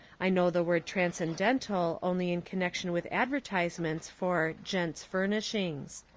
i know the word transcendental only in connexion with advertisements for gents' furnishings.